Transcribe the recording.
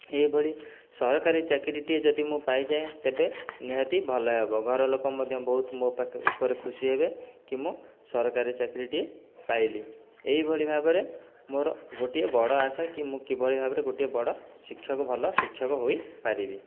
ଏହିଭଳି ସରକାରୀ ଚାକିରୀଟି ଯଦି ପାଇଯାଏ ତେବେ ନିହାତି ଭଲ ହେବ ଘରଲୋକ ମଧ୍ୟ ବହୁତ ମୋ ଉପରେ ଖୁସି ହେବେ କି ମୁଁ ସରକାରୀ ଚାକିରୀଟିଏ ପାଇଲି ଏହି ଭଳି ଭାବରେ ମୋର ଗୋଟିଏ ବଡ଼ ଆଶା କି ମୁଁ କିଭଳି ଭାବରେ ଗୋଟିଏ ବଡ଼ ଶିକ୍ଷକ ଭଲ ଶିକ୍ଷକ ହୋଇପାରିବି